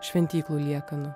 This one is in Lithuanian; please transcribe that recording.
šventyklų liekanų